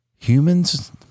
humans